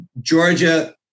Georgia